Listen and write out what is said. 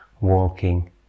walking